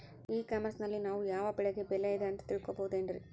E commerce ನಲ್ಲಿ ನಾವು ಯಾವ ಬೆಳೆಗೆ ಬೆಲೆ ಇದೆ ಅಂತ ತಿಳ್ಕೋ ಬಹುದೇನ್ರಿ?